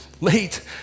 late